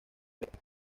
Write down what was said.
becker